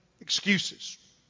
excuses